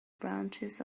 branches